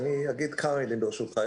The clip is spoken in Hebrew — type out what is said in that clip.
אגיד כמה מלים, ברשותך.